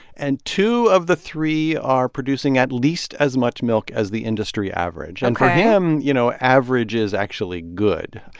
and two of the three are producing at least as much milk as the industry average. and for him, you know, average is actually good.